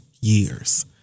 years